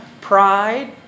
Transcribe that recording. Pride